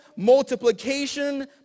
multiplication